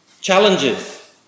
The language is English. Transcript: challenges